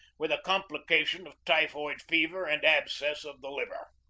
with a com plication of typhoid fever and abscess of the liver.